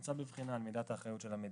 נמצא בבחינה על מידת האחריות של המדינה.